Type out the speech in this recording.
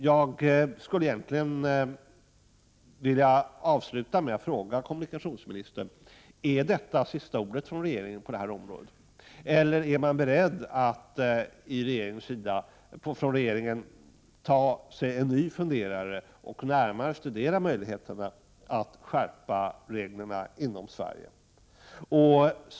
Jag skulle egentligen vilja avsluta med en fråga till kommunikationsministern: Är detta sista ordet från regeringen på det här området, eller är regeringen beredd att ta sig en ny funderare och närmare studera möjligheterna att skärpa reglerna inom Sverige?